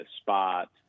spot